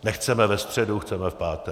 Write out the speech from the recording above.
Nechceme ve středu, chceme v pátek.